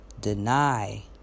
deny